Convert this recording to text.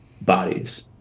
bodies